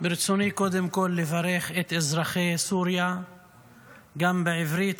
ברצוני קודם כול לברך את אזרחי סוריה גם בעברית,